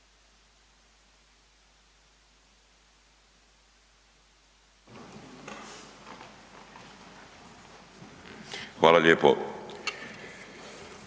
Hvala lijepo.